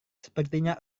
sepertinya